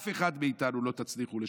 את אף אחד מאיתנו לא תצליחו לשנות.